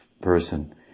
person